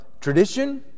tradition